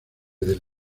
del